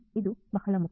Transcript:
ಇದು ಬಹಳ ಮುಖ್ಯ